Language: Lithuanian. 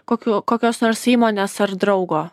kokių kokios nors įmonės ar draugo